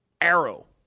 arrow